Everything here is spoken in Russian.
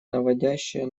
наводящее